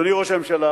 אדוני ראש הממשלה,